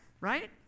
right